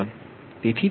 તેથી તે એકમ દીઠ 2